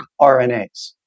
RNAs